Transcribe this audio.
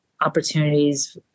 opportunities